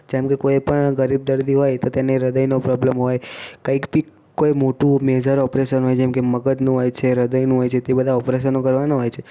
જેમકે કોઈપણ ગરીબ દર્દી હોય તો તેને હૃદયનો પ્રોબ્લેમ હોય કંઈક પિક કોઈ મોટું મેજર ઓપરેશન હોય જેમકે મગજનું હોય છે હૃદયનું હોય છે તે બધા ઓપરેશનો કરવાના હોય છે